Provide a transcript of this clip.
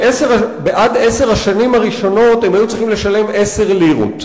עד עשר השנים הראשונות הם היו צריכים לשלם 10 לירות,